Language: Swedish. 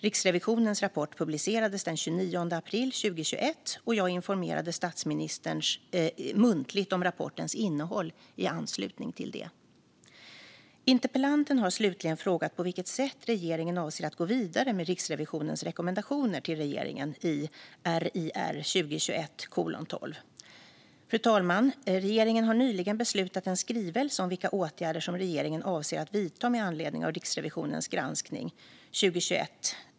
Riksrevisionens rapport publicerades den 29 april 2021, och jag informerade statsministern muntligt om rapportens innehåll i anslutning till det. Interpellanten har slutligen frågat på vilket sätt regeringen avser att gå vidare med Riksrevisionens rekommendationer till regeringen i RiR 2021:12. Fru talman! Regeringen har nyligen beslutat om en skrivelse om vilka åtgärder som regeringen avser att vidta med anledning av Riksrevisionens granskning .